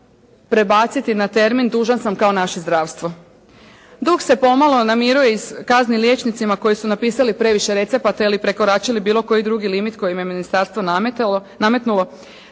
prebaciti na termin "dužan sam kao naše zdravstvo". Dug se pomalo namiruje iz kazne liječnicima koji su napisali previše recepata ili prekoračili bilo koji drugi limit koje im je ministarstvo nametnulo,